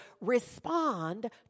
respond